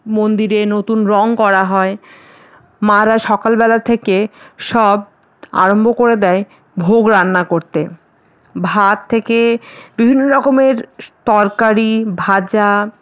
মন্দিরে নতুন রঙ করা হয় মারা সকালবেলা থেকে সব আরম্ভ করে দেয় ভোগ রান্না করতে ভাত থেকে বিভিন্ন রকমের তরকারি ভাজা